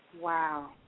Wow